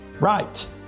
right